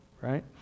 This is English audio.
Right